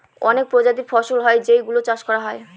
অনেক প্রজাতির ফসল হয় যেই গুলো চাষ করা হয়